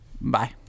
Bye